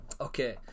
Okay